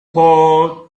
poured